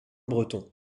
bretons